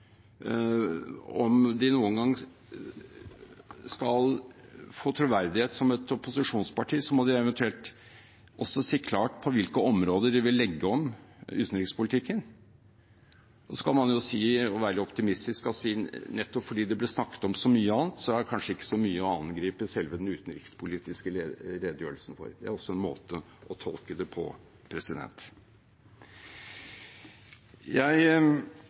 Om de noen gang skal få troverdighet som et opposisjonsparti, må de eventuelt også si klart på hvilke områder de vil legge om utenrikspolitikken. Så kan man jo være litt optimistisk og si at nettopp fordi det ble snakket om så mye annet, er det kanskje ikke så mye å angripe selve den utenrikspolitiske redegjørelsen for. Det er også en måte å tolke det på. Jeg